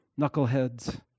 knuckleheads